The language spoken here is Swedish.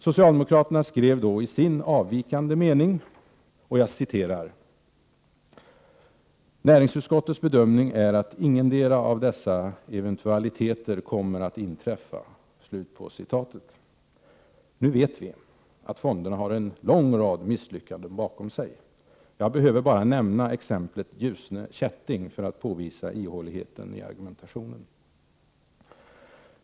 Socialdemokraterna skrev då i sin avvikande mening: ”Näringsutskottets bedömning är att ingendera av dessa eventualiteter kommer att inträffa.” Nu vet vi att fonderna har en lång rad misslyckanden bakom sig. Jag behöver bara nämna exemplet Ljusne Kätting för att påvisa ihåligheten i argumentationen.